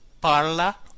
parla